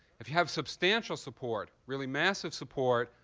if you have substantial support, really massive support,